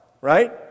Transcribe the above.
Right